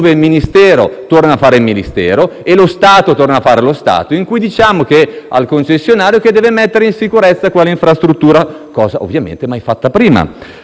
il Ministero torna a fare il Ministero e lo Stato torna a fare lo Stato, in cui diciamo al concessionario che deve mettere in sicurezza quell'infrastruttura, cosa, ovviamente, mai fatta prima.